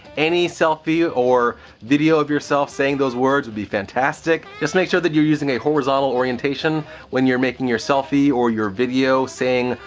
any selfie or video of yourself saying those words would be fantastic. just make sure that you're using a horizontal orientation when you're making your selfie or your video saying,